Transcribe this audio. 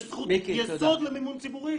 יש זכות יסוד למימון ציבורי.